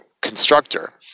constructor